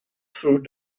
through